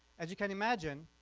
as you can imagine,